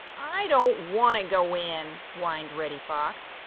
i don't want to go in, whined reddy fox.